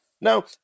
Now